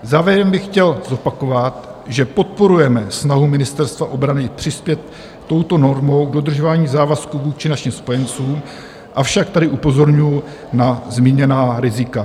Zároveň bych chtěl zopakovat, že podporujeme snahu Ministerstva obrany přispět touto normou k dodržování závazků vůči našim spojencům, avšak tady upozorňuju na zmíněná rizika.